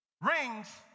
rings